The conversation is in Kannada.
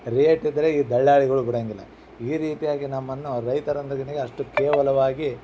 ರೇಟ್ ಇದ್ದರೆ ಈ ದಲ್ಲಾಳಿಗಳು ಬಿಡೋಂಗಿಲ್ಲ ಈ ರೀತಿಯಾಗಿ ನಮ್ಮನ್ನು ರೈತರಂದಗಿನಿ ಅಷ್ಟು ಕೇವಲವಾಗಿ